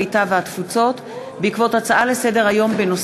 הקליטה והתפוצות בעקבות דיון בנושא: